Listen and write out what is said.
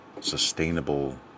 sustainable